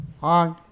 Hi